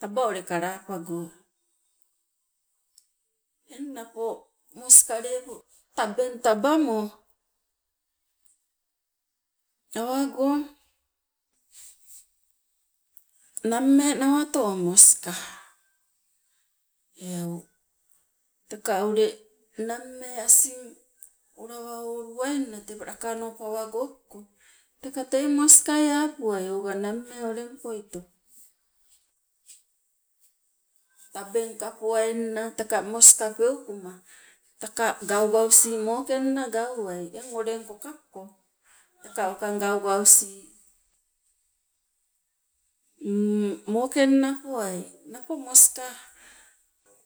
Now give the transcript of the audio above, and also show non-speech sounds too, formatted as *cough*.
Taba ule kalapago, eng napo moska lepo tabeng tabamo awago nammee nawato o moska eu, teka ule nammee asing olawa oluwainna te lakano pawago poko teka tei moskai apuai oga nammee uleng poito. Tabeng ka powainna tee moska peukuma teka gaugausi mokenna gauwai eng olengkoka poko teka waking gaugausi *hesitation* mokenna powai. Napo moska